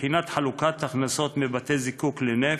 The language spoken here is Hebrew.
בחינת חלוקת הכנסות מבתי-הזיקוק לנפט,